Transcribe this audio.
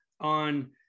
on